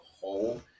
whole